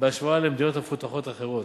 בהשוואה למדינות מפותחות אחרות.